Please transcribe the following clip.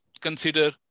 consider